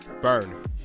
Burn